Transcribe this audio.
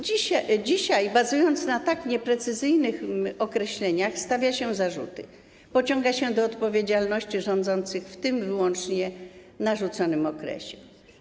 Dzisiaj, bazując na tak nieprecyzyjnych określeniach, stawia się zarzuty, pociąga się do odpowiedzialności rządzących w tym wyłącznie narzucanym okresie.